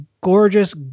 gorgeous